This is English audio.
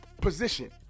position